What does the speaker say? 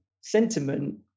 sentiment